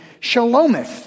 Shalometh